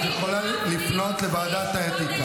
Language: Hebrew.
את יכולה לפנות לוועדת האתיקה.